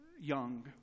young